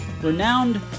renowned